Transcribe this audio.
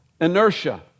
Inertia